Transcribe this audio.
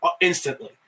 instantly